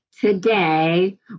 Today